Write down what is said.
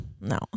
no